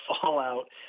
fallout